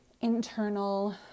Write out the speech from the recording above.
internal